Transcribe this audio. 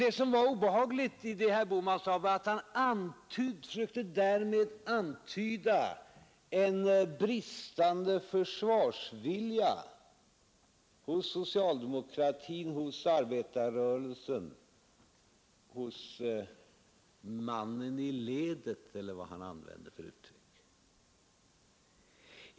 Det som var obehagligt i herr Bohmans uttalande var att han därmed försökte antyda en bristande försvarsvilja hos socialdemokratin och arbetarrörelsen — hos mannen i ledet, eller vad han använde för uttryck.